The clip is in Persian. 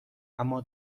اما